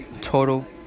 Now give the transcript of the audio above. total